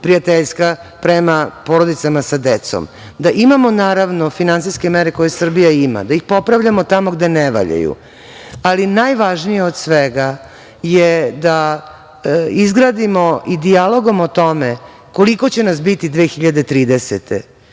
prijateljska prema porodicama sa decom, da imamo naravno finansijske mere koje Srbija ima, da ih popravljamo tamo gde ne valjaju, ali najvažnije od svega je da izradimo i dijalogom o tome koliko će nas biti 2030.